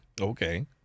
Okay